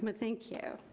um thank you.